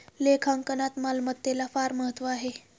लेखांकनात मालमत्तेला फार महत्त्व आहे